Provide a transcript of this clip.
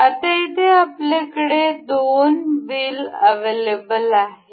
आता येथे आपल्याकडे दोन व्हील अव्हेलेबल आहेत